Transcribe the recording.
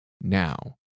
now